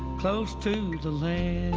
close to the land